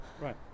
Right